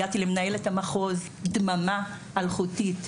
הגעתי למנהלת המחוז דממה אלחוטית.